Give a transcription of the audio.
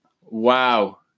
Wow